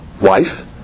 wife